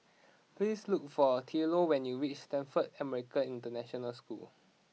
please look for Thurlow when you reach Stamford American International School